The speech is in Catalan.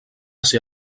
ser